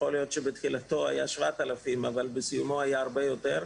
יכול להיות שבתחילתו היו 7,000 אבל בסיומו היו הרבה יותר.